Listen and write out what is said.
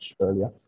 earlier